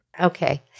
Okay